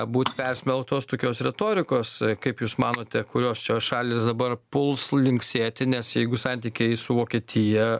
būt persmelktos tokios retorikos kaip jūs manote kurios čia šalys dabar puls linksėti nes jeigu santykiai su vokietija